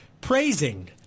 praising